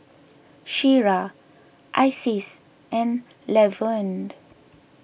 Shira Isis and Lavonne